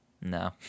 No